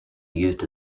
used